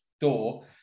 door